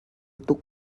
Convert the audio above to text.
tuk